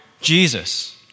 Jesus